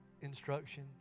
Instruction